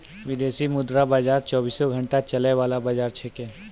विदेशी मुद्रा बाजार चौबीस घंटा चलय वाला बाजार छेकै